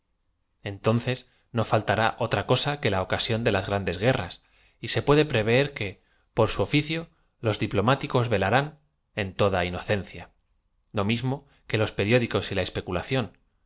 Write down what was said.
entonces no faltará otra cosa que la ocasión de las grandes guerras y ae puede p rever que por su oficio los diplomáticos velarán en toda inocencia lo mismo que los periódicos y la